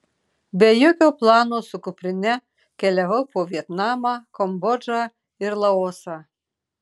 be jokio plano su kuprine keliavau po vietnamą kambodžą ir laosą